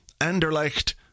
Anderlecht